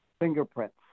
fingerprints